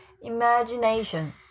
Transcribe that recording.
imagination